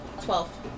Twelve